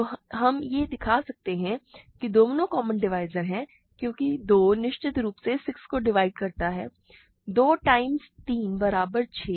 तो हम दिखा सकते है कि दोनों कॉमन डिवाइज़र हैं क्योंकि 2 निश्चित रूप से 6 को डिवाइड करता है 2 टाइम्स 3 बराबर 6